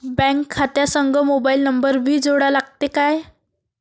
Bank खात्या संग mobile number भी जोडा लागते काय?